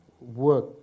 work